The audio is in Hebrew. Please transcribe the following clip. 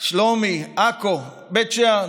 שלומי, עכו, בית שאן,